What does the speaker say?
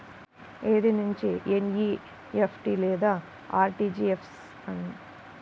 ఏది మంచి ఎన్.ఈ.ఎఫ్.టీ లేదా అర్.టీ.జీ.ఎస్?